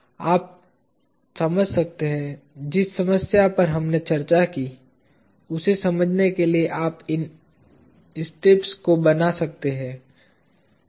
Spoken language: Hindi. आप सकते हैं जिस समस्या पर हमने चर्चा की उसे समझने के लिए आप इन स्ट्रिप्स को बना सकते हैं